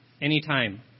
anytime